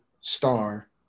star